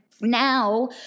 now